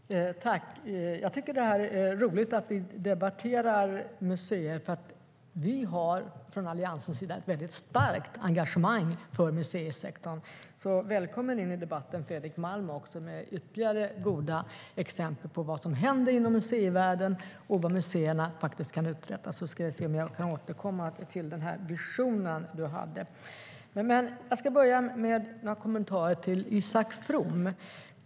Herr talman! Jag tycker att det är roligt att vi debatterar museer, för vi har från Alliansens sida ett starkt engagemang för museisektorn. Välkommen in i debatten, Fredrik Malm också, som har ytterligare goda exempel på vad som händer inom museivärlden och på vad museerna faktiskt kan uträtta. Jag ska se om jag kan återkomma till den vision du har. Men jag ska börja med några kommentarer till Isak From.